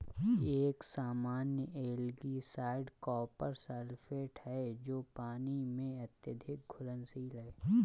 एक सामान्य algicide copper sulphate है जो पानी में अत्यधिक घुलनशील है